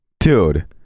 Dude